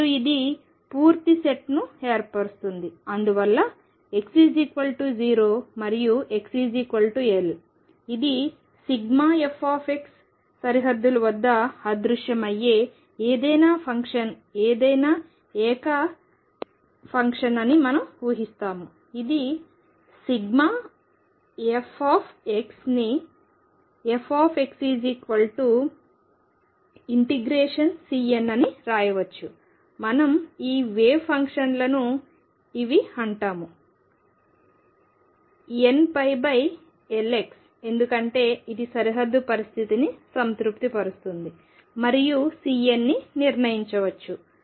మరియు ఇది పూర్తి సెట్ని ఏర్పరుస్తుంది మరియు అందువల్ల x0 మరియు xL ఇది ∑f సరిహద్దుల వద్ద అదృశ్యమయ్యే ఏదైనా ఫంక్షన్ ఏదైనా ఏకపక్ష ఫంక్షన్ అని మనం ఊహిస్తాము ఇది ∑f ని fxCn అని రాయవచ్చు మనం ఈ వేవ్ ఫంక్షన్లను ఇవి అంటాము nπLxఎందుకంటే ఇది సరిహద్దు పరిస్థితిని సంతృప్తిపరుస్తుంది మరియు Cnని నిర్ణయించవచ్చు